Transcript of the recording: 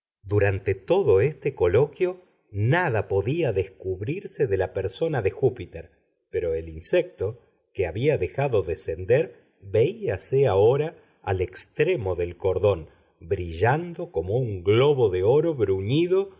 durante todo este coloquio nada podía descubrirse de la persona de júpiter pero el insecto que había dejado descender veíase ahora al extremo del cordón brillando como un globo de oro bruñido a